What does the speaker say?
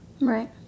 Right